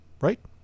Right